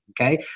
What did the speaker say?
okay